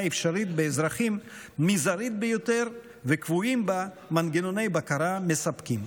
האפשרית באזרחים מזערית ביותר וקבועים בה מנגנוני בקרה מספקים.